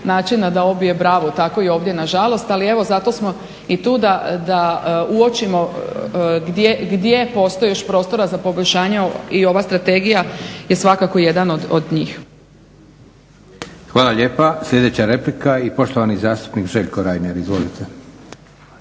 načina da obije bravu, tako i ovdje nažalost. Ali evo zato smo i tu da uočimo gdje postoji još prostora za poboljšanje i ova strategija je svakako jedan od njih. **Leko, Josip (SDP)** Hvala lijepa. Sljedeća replika i poštovani zastupnik Željko Reiner. Izvolite.